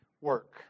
work